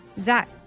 Zach